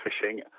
fishing